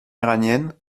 iranienne